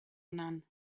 none